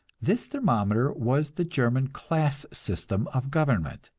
this thermometer was the german class system of government,